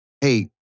hey